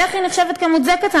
איך היא נחשבת מוצדקת?